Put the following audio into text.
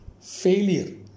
failure